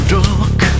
dark